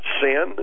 sin